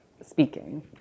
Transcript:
Speaking